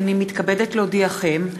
הנני מתכבדת להודיעכם,